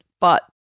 but-